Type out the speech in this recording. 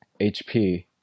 HP